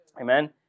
Amen